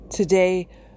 Today